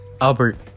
Albert